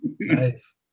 Nice